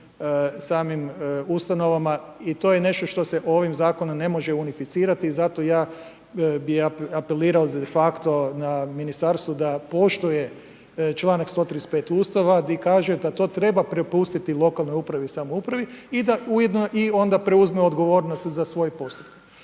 samim ustanovama i to je nešto što se ovim zakonom ne može unificirati, zato ja bi apelirao de facto na ministarstvo da poštuje članak 135. Ustava di kaže da to treba prepustiti lokalnoj upravo i samoupravi i da ujedno i onda preuzme odgovornost za svoje postupke.